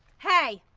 hey.